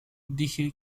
dije